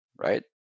right